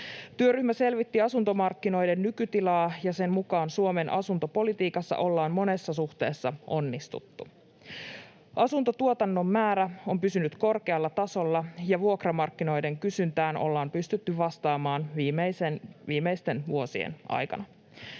Työryhmä selvitti asuntomarkkinoiden nykytilaa, ja sen mukaan Suomen asuntopolitiikassa ollaan monessa suhteessa onnistuttu. Asuntotuotannon määrä on pysynyt korkealla tasolla, ja vuokramarkkinoiden kysyntään ollaan pystytty vastaamaan viimeisten vuosien aikana.